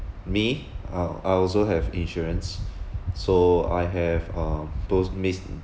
me uh I also have insurance so I have uh those mis~